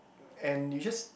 and you just